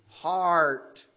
heart